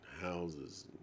houses